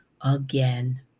again